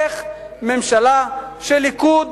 איך ממשלה של הליכוד,